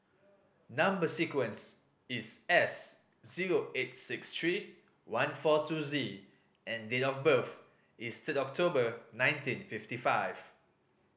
number sequence is S zero eight six three one four two Z and date of birth is third October nineteen fifty five